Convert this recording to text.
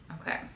Okay